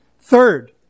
Third